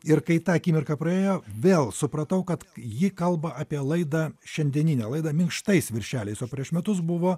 ir kai ta akimirka praėjo vėl supratau kad ji kalba apie laidą šiandieninę laidą minkštais viršeliais o prieš metus buvo